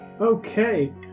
Okay